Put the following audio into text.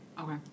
Okay